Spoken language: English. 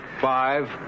Five